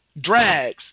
drags